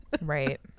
right